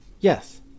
yes